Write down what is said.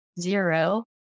zero